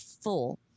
full